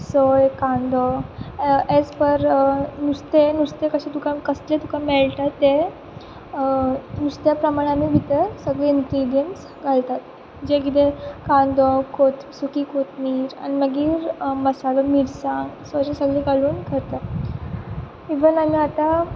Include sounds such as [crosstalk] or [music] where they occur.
सोय कांदो एज पर नुस्तें नुस्तें तुका कशें कसलें तुका मेळटा तें नुस्त्या प्रमाणे आमी भितर सगळे इन्ग्रिडियंट्स घालतात जे कितें कांदो [unintelligible] सुकी कोथंबीर आनी मागीर मसालो मिरसांग सगळें सगळें घालून करतात इव्हन आमी आतां